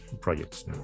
projects